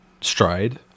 stride